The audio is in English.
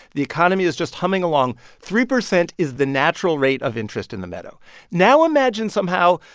the economy is just humming along. three percent is the natural rate of interest in the meadow now imagine, somehow,